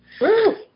Woo